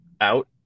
out